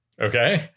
Okay